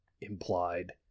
implied